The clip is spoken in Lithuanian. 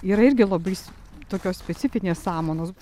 yra irgi labai tokios specifinės samanos